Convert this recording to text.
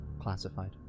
Classified